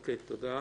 תודה.